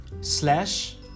slash